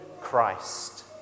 Christ